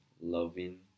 loving